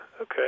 okay